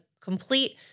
complete